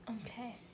Okay